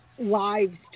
Lives